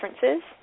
differences